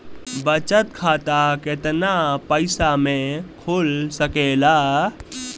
बचत खाता केतना पइसा मे खुल सकेला?